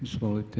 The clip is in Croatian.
Izvolite.